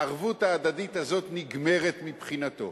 הערבות ההדדית הזו נגמרת מבחינתו.